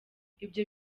ibyo